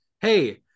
Hey